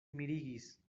mirigis